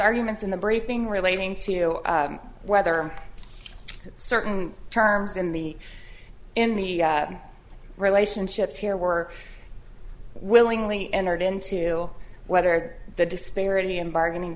arguments in the briefing relating to whether certain terms in the in the relationships here were willingly entered into whether the disparity in bargaining